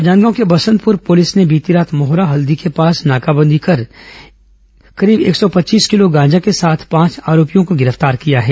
राजनांदगांव के बसंतपूर पुलिस ने बीती रात मोहरा हल्दी के पास नाकाबंदी कर करीब एक सौ पच्चीस किलो गांजा के साथ पांच आरोपियों को गिरफ्तार किया है